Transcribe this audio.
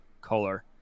color